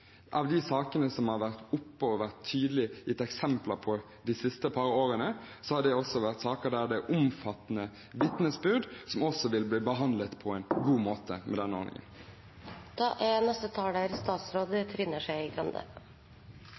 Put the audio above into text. Av de sakene som har vært oppe, har vært tydelige og er gitt eksempler på de siste par årene, har det også vært saker der det er omfattende vitnesbyrd, som også vil bli behandlet på en god måte med denne ordningen.